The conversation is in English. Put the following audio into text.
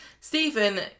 Stephen